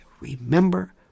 remember